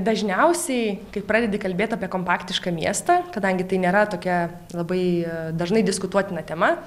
dažniausiai kai pradedi kalbėt apie kompaktišką miestą kadangi tai nėra tokia labai dažnai diskutuotina tema